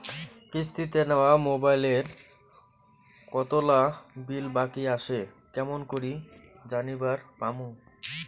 কিস্তিতে নেওয়া মোবাইলের কতোলা বিল বাকি আসে কেমন করি জানিবার পামু?